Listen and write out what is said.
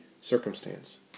circumstance